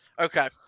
okay